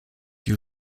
you